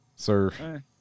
Sir